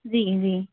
जी जी